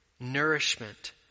Nourishment